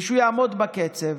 שהוא יעמוד בקצב